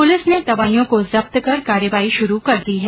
police ने दवाईयों को जब्त कर कार्रवाई शुरू कर दी है